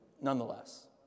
nonetheless